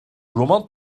roman